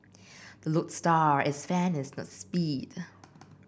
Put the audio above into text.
the lodestar is fairness not speed